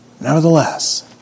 Nevertheless